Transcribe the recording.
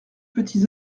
petits